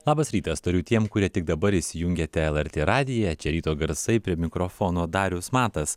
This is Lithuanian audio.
labas rytas tariu tiem kurie tik dabar įsijungiate lrt radiją ryto garsai prie mikrofono darius matas